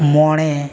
ᱢᱚᱬᱮ